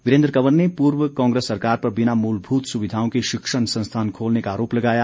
वीरेन्द्र कंवर ने पूर्व कांग्रेस सरकार पर बिना मूलभूत सुविधाओं के शिक्षण संस्थान खोलने का आरोप लगाया